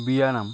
বিয়ানাম